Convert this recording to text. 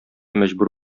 мәҗбүр